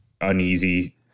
uneasy